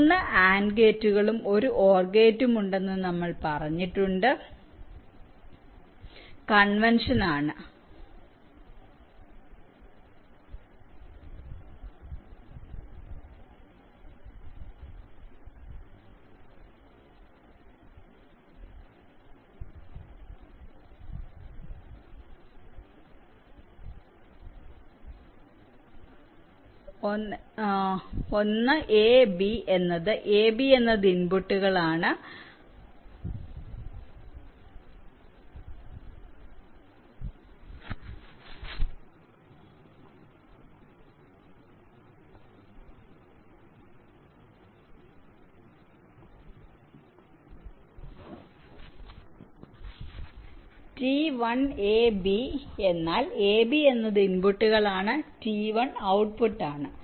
3 AND ഗേറ്റുകളും ഒരു OR ഗേറ്റും ഉണ്ടെന്ന് നമ്മൾപറഞ്ഞിട്ടുണ്ട് കൺവെൻഷൻ ആണ് t1 a b എന്നാൽ a b എന്നത് ഇൻപുട്ടുകളാണ് t1 ഔട്ട്പുട്ട് ആണ്